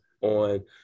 on